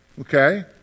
Okay